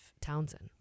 Townsend